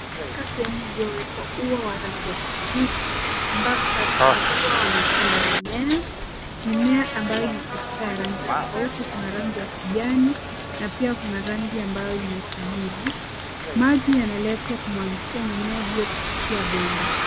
Katika sehemu uliowekwa ua wa rangi ya kijivu ambapo karibu na ua wanapanda mimea. Mimea ambayo imechipuka rangi tofauti, kuna rangi ya kijani na pia kuna rangi ambayo ni ya kijivu. Maji yanaletwa kumwagika mimea hiyo kupitia bomba.